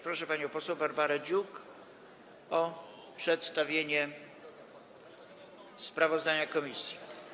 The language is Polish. Proszę panią poseł Barbarę Dziuk o przedstawienie sprawozdania komisji.